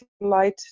light